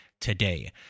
today